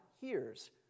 hears